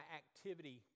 activity